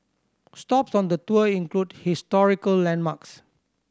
stops on the tour include historical landmarks